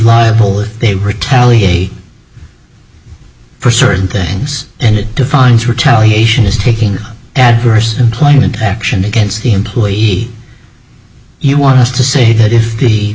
liable if they retaliate for certain things and it defines retaliation is taking adverse employment action against the employee he wanted us to say that if he